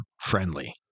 friendly